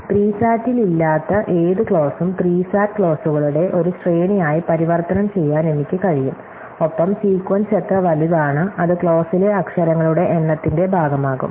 3 സാറ്റിലില്ലാത്ത ഏത് ക്ലോസും 3 സാറ്റ് ക്ലോസുകളുടെ ഒരു ശ്രേണിയായി പരിവർത്തനം ചെയ്യാൻ എനിക്ക് കഴിയും ഒപ്പം സീക്വൻസ് എത്ര വലുതാണ് അത് ക്ലോസിലെ അക്ഷരങ്ങളുടെ എണ്ണത്തിന്റെ ഭാഗമാകും